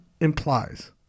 implies